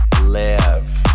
Live